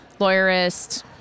lawyerist